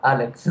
Alex